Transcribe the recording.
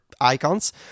icons